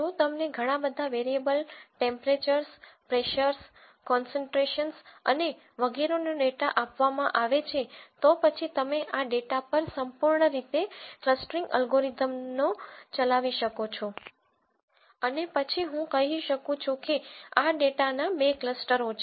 જો તમને ઘણા બધા વેરિએબલ ટેમ્પરેચર્સ પ્રેશર્સ કોન્સેનટ્રેશન્સ અને વગેરેનો ડેટા આપવામાં આવે છે તો પછી તમે આ ડેટા પર સંપૂર્ણ રીતે ક્લસ્ટરીંગ અલ્ગોરિધમને ચલાવી શકો છો અને પછી હું કહી શકું છું કે આ ડેટાના બે ક્લસ્ટરો છે